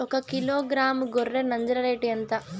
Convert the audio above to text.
ఒకకిలో గ్రాము గొర్రె నంజర రేటు ఎంత?